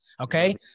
Okay